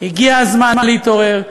הגיע הזמן להתעורר.